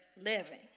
living